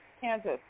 Kansas